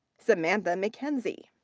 samantha mckenzie.